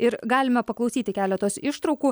ir galime paklausyti keletos ištraukų